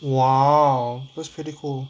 !wow! feels pretty cool